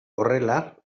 horrela